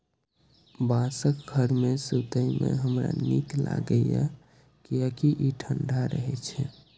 बांसक घर मे सुतै मे हमरा नीक लागैए, कियैकि ई ठंढा रहै छै